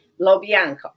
Lobianco